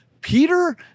Peter